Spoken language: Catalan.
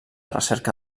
recerca